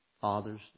fathers